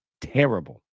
terrible